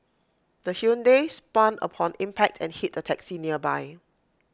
the Hyundai spun upon impact and hit A taxi nearby